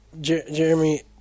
Jeremy